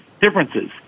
differences